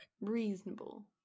reasonable